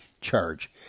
charge